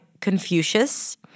Confucius